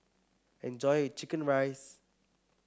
enjoy your chicken rice